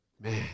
Man